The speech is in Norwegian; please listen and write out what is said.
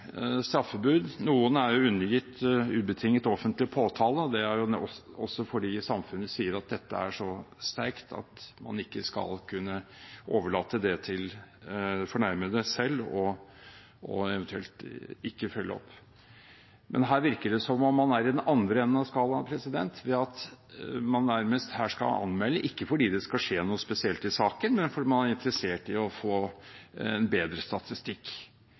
straffebud. Noen er undergitt ubetinget offentlig påtale. Det er fordi samfunnet sier at dette er så sterkt at man ikke skal kunne overlate det til fornærmede selv eventuelt ikke å følge opp. Men her virker det som om man er i den andre enden av skalaen, nærmest ved at man her skal anmelde, ikke fordi det skal skje noe spesielt i saken, men fordi man er interessert i å få bedre statistikk.